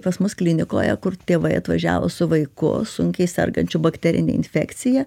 pas mus klinikoje kur tėvai atvažiavo su vaiku sunkiai sergančių bakterine infekcija